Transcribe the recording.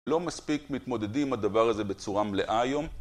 לא מספיק מתמודדים את הדבר הזה בצורה מלאה היום.